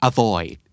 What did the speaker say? Avoid